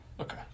Okay